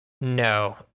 No